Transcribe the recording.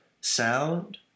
sound